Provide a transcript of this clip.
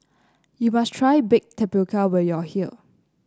you must try Baked Tapioca when you are here